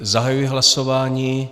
Zahajuji hlasování.